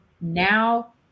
Now